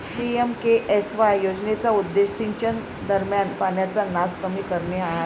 PMKSY योजनेचा उद्देश सिंचनादरम्यान पाण्याचा नास कमी करणे हा आहे